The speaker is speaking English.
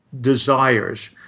Desires